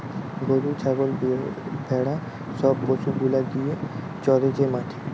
গরু ছাগল ভেড়া সব পশু গুলা গিয়ে চরে যে মাঠে